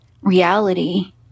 reality